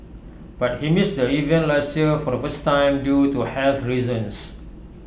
but he missed the event last year for the first time due to health reasons